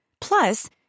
Plus